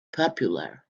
popular